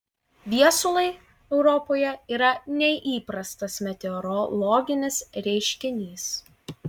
viesulai europoje yra neįprastas meteorologinis reiškinys